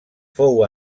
fou